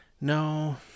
No